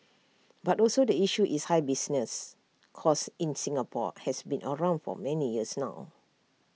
but also the issue is high business costs in Singapore has been around for many years now